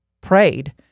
prayed